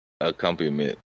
accompaniment